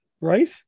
Right